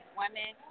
women